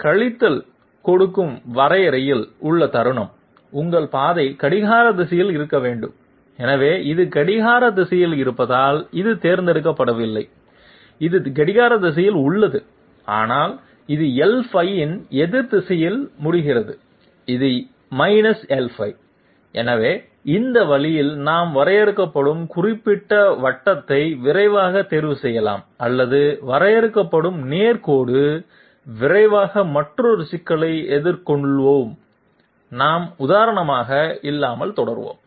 நீங்கள் கழித்தல் கொடுக்கும் வரையறையில் உள்ள தருணம் உங்கள் பாதை கடிகார திசையில் இருக்க வேண்டும் எனவே இது கடிகார திசையில் இருப்பதால் இது தேர்ந்தெடுக்கப்படவில்லை இது கடிகார திசையில் உள்ளது ஆனால் இது l5 இன் எதிர் திசையில் முடிகிறது இது l5 எனவே இந்த வழியில் நாம் வரையறுக்கப்படும் குறிப்பிட்ட வட்டத்தை விரைவாக தேர்வு செய்யலாம் அல்லது வரையறுக்கப்படும் நேர் கோடு விரைவாக மற்றொரு சிக்கலை எடுத்துக்கொள்வோம் நாம் உதாரணம் இல்லாமல் தொடருவோம்